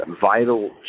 vital